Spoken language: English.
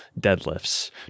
deadlifts